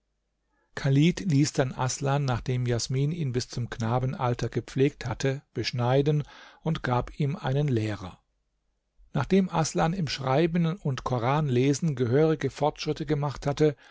chalid ließ dann aßlan nachdem jasmin ihn bis zum knabenalter gepflegt hatte beschneiden und gab ihm einen lehrer nachdem aßlan im schreiben und koranlesen gehörige fortschritte gemacht hatte